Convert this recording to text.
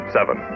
Seven